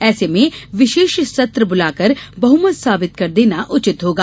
ऐसे में विशेष सत्र बुलाकर बहुमत साबित कर देना उचित होगा